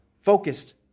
focused